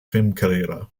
filmkarriere